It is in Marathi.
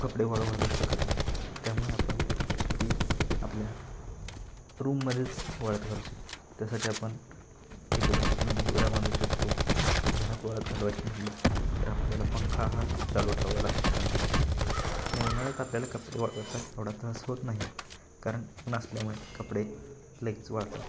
कपडे वाळू घालू शकत नाही त्यामुळे आपण ती आपल्या रूममध्येच वाळत घालू शकतो त्यासाठी आपण इकडून तिकडून दोऱ्या बांधू शकतो घरात वाळत घालवायची म्हणलं तर आपल्याला पंखा हा चालू ठेवावा लागतो कंटिन्युसली आणि उन्हाळ्यात आपल्याला कपडे वाळवायचा एवढा त्रास होत नाही कारण ऊन असल्यामुळे कपडे लगेच वाळतात